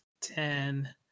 ten